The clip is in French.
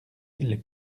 les